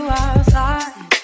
outside